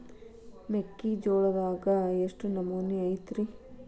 ಮೆಕ್ಕಿಜೋಳದಾಗ ಎಷ್ಟು ನಮೂನಿ ಐತ್ರೇ?